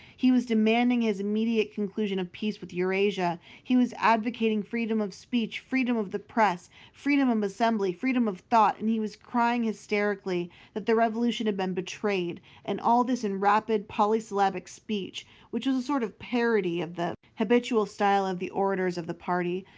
he was demanding the immediate conclusion of peace with eurasia, he was advocating freedom of speech, freedom of the press, freedom of um assembly, freedom of thought, and he was crying hysterically that the revolution had been betrayed and all this in rapid polysyllabic speech which was a sort of parody of the habitual style of the orators of the party,